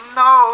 no